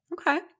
okay